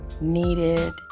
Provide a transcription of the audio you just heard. needed